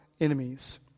enemies